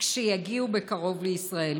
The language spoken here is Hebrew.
כשיגיעו בקרוב לישראל.